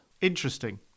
Interesting